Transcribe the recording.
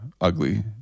ugly